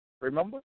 Remember